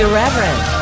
Irreverent